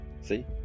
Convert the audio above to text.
see